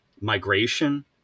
migration